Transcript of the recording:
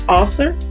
author